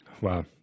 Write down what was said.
Wow